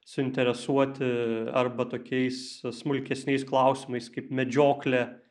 suinteresuoti arba tokiais smulkesniais klausimais kaip medžioklė